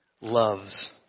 loves